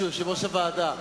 ובא שר האוצר ואומר: